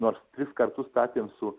nors tris kartus statėm su